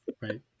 Right